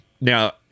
Now